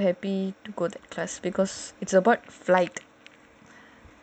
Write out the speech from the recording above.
it's just theory but I don't know I feel so happy to go to class because it's about flight